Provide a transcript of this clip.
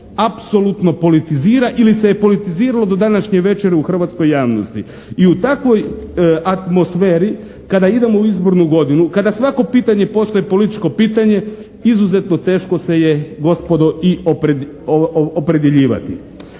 apsolutno politizira ili se je politiziralo do današnje večeri u hrvatskoj javnosti. I u takvoj atmosferi kada idemo u izbornu godinu, kada svako pitanje postaje političko pitanje izuzetno teško se je, gospodo, i opredjeljivati.